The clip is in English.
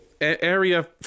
Area